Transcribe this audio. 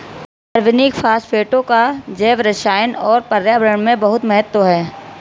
कार्बनिक फास्फेटों का जैवरसायन और पर्यावरण में बहुत महत्व है